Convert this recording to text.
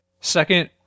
second